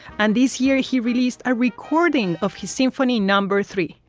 and this year he released a recording of his symphony number three,